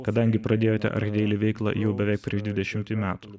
kadangi pradėjote archdeili veiklą jau beveik prieš dvidešimtį metų